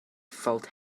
felt